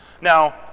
Now